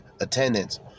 attendance